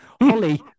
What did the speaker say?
Holly